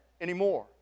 anymore